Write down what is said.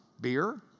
beer